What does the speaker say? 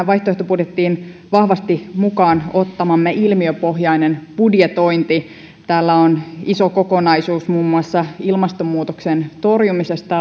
vaihtoehtobudjettiimme vahvasti mukaan ottamamme ilmiöpohjainen budjetointi täällä on iso kokonaisuus muun muassa ilmastonmuutoksen torjumisesta